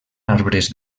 arbres